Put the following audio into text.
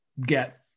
get